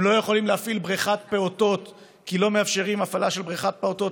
הם לא יכולים להפעיל בריכת פעוטות כי לא מאפשרים הפעלה של בריכת פעוטות,